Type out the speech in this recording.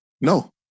No